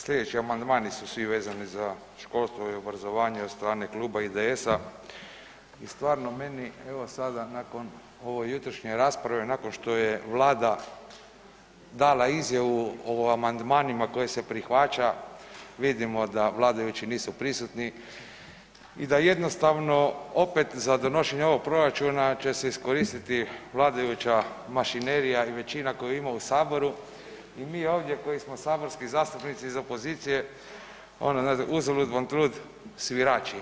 Sljedeći amandmani su svi vezani za školstvo i obrazovanje od strane kluba IDS-a i stvarno meni evo sada nakon ove jutrošnje rasprave nakon što je Vlada dala izjavu o amandmanima koja se prihvaćaju vidimo da vladajući nisu prisutni i da jednostavno opet za donošenje ovog proračuna će se iskoristiti vladajuća mašinerija i većina koju ima u Saboru i mi ovdje koji smo saborski zastupnici iz opozicije ono znate uzalud vam trud svirači.